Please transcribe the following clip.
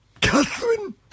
Catherine